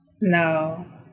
no